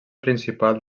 principal